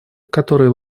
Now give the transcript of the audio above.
которые